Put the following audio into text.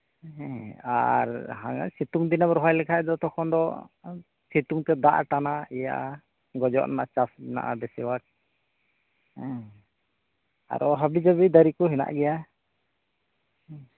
ᱦᱩᱸ ᱟᱨ ᱦᱟᱱᱟ ᱥᱤᱛᱩᱝ ᱫᱤᱱᱮᱢ ᱨᱚᱦᱚᱭ ᱞᱮᱠᱷᱟᱱ ᱫᱚ ᱛᱚᱠᱷᱚᱱ ᱫᱚ ᱥᱤᱛᱩᱝ ᱛᱮ ᱫᱟᱜ ᱮᱭ ᱴᱟᱱᱟᱣᱟ ᱤᱭᱟᱹᱜᱼᱟ ᱜᱚᱡᱚᱜ ᱨᱮᱭᱟᱜ ᱪᱟᱱᱥ ᱢᱮᱱᱟᱜᱼᱟ ᱵᱮᱥᱤᱨᱵᱷᱟᱜᱽ ᱦᱩᱸ ᱟᱨᱚ ᱦᱟᱹᱵᱤᱼᱡᱟᱹᱵᱤ ᱫᱟᱨᱮ ᱠᱚ ᱦᱮᱱᱟᱜ ᱜᱮᱭᱟ